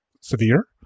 severe